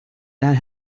that